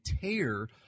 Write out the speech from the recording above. tear